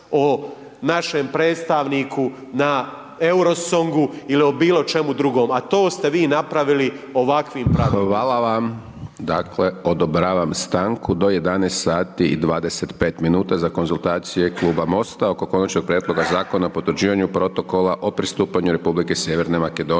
Hvala vam. Dakle, odobravam stanku do 11,25 sati za konzultacije Kluba Mosta oko konačnog prijedloga Zakona o potvrđivanju protokola o pristupanju Republike Sjeverne Makedonija